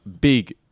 big